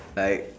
like